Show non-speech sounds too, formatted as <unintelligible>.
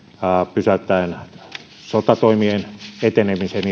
pysäyttäen sotatoimien etenemisen <unintelligible>